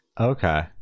okay